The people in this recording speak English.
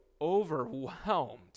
overwhelmed